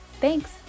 Thanks